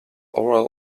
oral